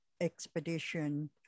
Expedition